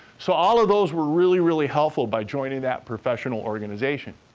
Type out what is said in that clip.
so, all of those were really, really helpful by joining that professional organization.